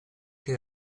che